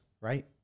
Right